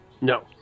No